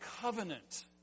covenant